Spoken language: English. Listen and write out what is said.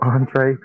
Andre